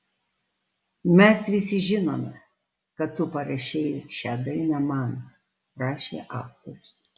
mes visi žinome kad tu parašei šią dainą man rašė aktorius